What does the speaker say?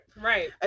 Right